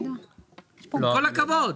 עם כל הכבוד.